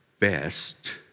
best